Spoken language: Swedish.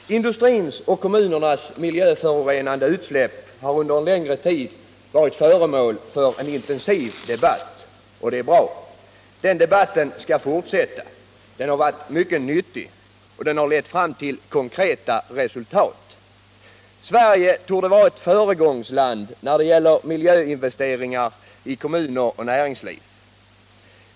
Industrins och kommunernas miljöförorenande utsläpp har under en längre tid varit föremål för en intensiv debatt. Det är bra. Den debatten skall fortsätta. Den har varit mycket nyttig. Och den har lett fram till konkreta resultat. Sverige torde vara ett föregångsland när det gäller miljöinvesteringar i kommuner och näringsliv.